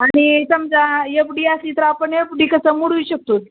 आणि समजा F D आली तर आपण यफ डी कसं मोडू शकत आहोत